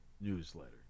Newsletter